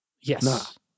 yes